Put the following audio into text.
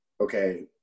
okay